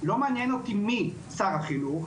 לא מעניין אותי מי שר החינוך,